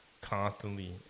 constantly